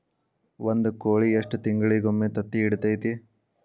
ಒಂದ್ ಕೋಳಿ ಎಷ್ಟ ತಿಂಗಳಿಗೊಮ್ಮೆ ತತ್ತಿ ಇಡತೈತಿ?